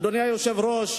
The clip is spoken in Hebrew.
אדוני היושב-ראש,